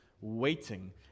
waiting